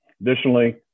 Additionally